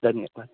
धन्यवादः